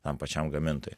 tam pačiam gamintojui